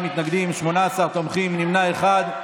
תומכים, נמנע אחד.